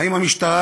האם המשטרה,